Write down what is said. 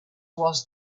was